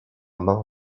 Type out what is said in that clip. mount